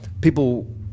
people